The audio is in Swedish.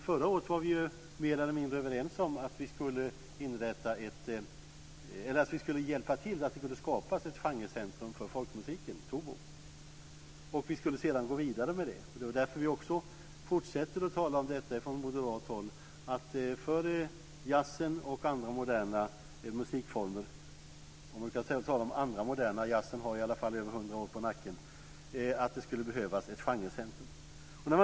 Förra året var vi ju mer eller mindre överens om att vi skulle hjälpa till så att det kunde skapas ett genrecentrum för folkmusiken, Tobo. Vi skulle sedan gå vidare med det. Det är därför vi från moderat håll också fortsätter att tala om att det för jazzen och andra moderna musikformer - om man nu kan tala om "moderna", jazzen har i alla fall över hundra år på nacken - skulle behövas ett genrecentrum.